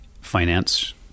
finance